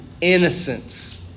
innocence